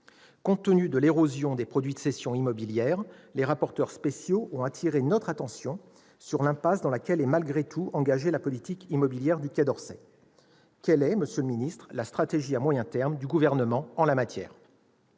Compte tenu de l'érosion des produits de cession immobilière, les rapporteurs spéciaux ont attiré notre attention sur l'« impasse » dans laquelle se trouve malgré tout la politique immobilière du Quai d'Orsay. Quelle est, monsieur le ministre, la stratégie à moyen terme du Gouvernement en la matière ?